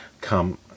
come